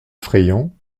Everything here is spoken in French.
effrayant